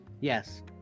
Yes